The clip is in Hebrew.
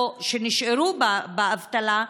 שנשארו באבטלה,